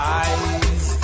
eyes